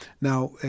Now